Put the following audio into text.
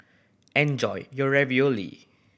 enjoy your Ravioli